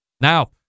Now